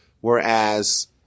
Whereas